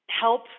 help